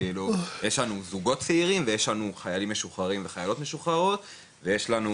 אז כאילו יש לנו זוגות צעירים ויש לנו חיילים משוחררות ויש לנו